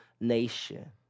nation